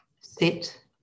sit